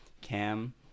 Cam